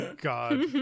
God